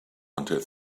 wanted